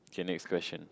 K next question